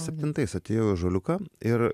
septintais atėjau į ąžuoliuką ir